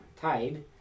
Tide